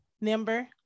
number